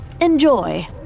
Enjoy